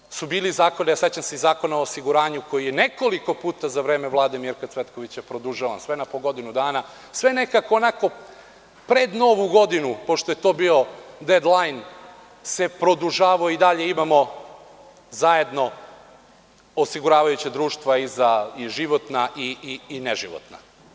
Zato što su bili zakoni, a sećam se i Zakona o osiguranju koji je nekoliko puta za vreme Vlade Mirka Cvetkovića produžavan, sve na po godinu dana, sve nekako pred novu godinu, pošto je to bio „ded lajn“, se produžavao pa i dalje imamo zajedno osiguravajuća društva, i životna i neživotna.